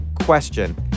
question